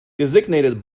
designated